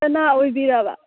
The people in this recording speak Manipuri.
ꯀꯅꯥ ꯑꯣꯏꯕꯤꯔꯕ